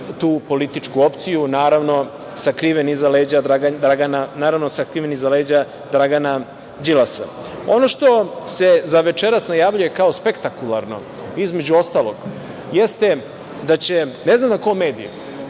tu političku opciju naravno sakriven iza leđa Dragana Đilasa. Ono što se za večeras najavljuje kao spektakularno između ostalog jeste da će ne znam na kom mediju